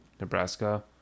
Nebraska